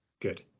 Good